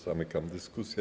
Zamykam dyskusję.